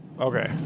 okay